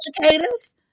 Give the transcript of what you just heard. educators